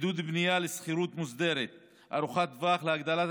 עידוד בנייה לשכירות מוסדית ארוכת טווח להגדלת